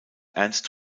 ernst